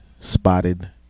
Spotted